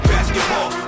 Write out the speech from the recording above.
Basketball